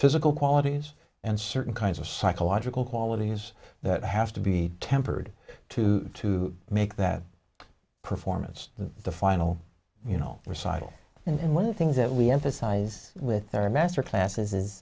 physical qualities and certain kinds of psychological qualities that have to be tempered to to make that performance the final you know recital and one of the things that we emphasize with their master classes